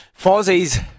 Fozzie's